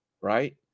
Right